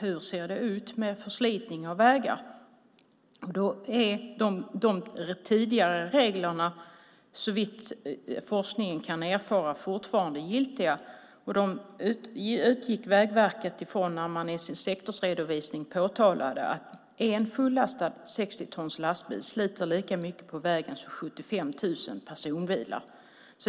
Hur ser det ut med förslitning av vägar? De tidigare reglerna är såvitt forskningen kan erfara fortfarande giltiga. Vägverket utgick från dem när man i sin sektorsredovisning påtalade att en fullastad 60 tons lastbil sliter lika mycket på vägen om 75 000 personbilar.